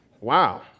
Wow